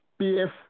PF